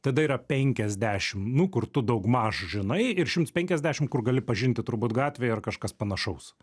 tada yra penkiasdešim nu kur tu daugmaž žinai ir šimts penkiasdešim kur gali pažinti turbūt gatvėje ar kažkas panašaus